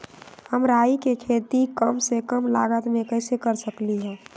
हम राई के खेती कम से कम लागत में कैसे कर सकली ह?